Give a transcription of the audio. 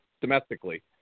domestically